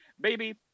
baby